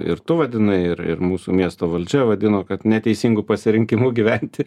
ir tu vadinai ir ir mūsų miesto valdžia vadino kad neteisingu pasirinkimu gyventi